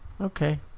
Okay